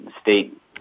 state